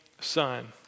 son